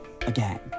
again